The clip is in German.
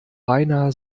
beinahe